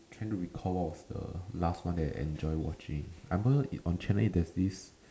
trying to recall what's the last one that I enjoyed watching I remember on channel-eight there's this